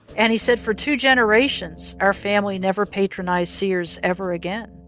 and he said, for two generations our family never patronized sears ever again.